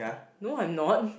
no I'm not